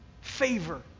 Favor